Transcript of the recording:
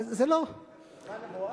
זה לא, נשמעת נבואה.